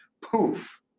poof